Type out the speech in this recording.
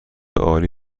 عالی